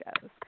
shows